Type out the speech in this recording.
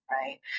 right